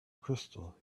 crystal